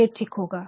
ये ठीक होगा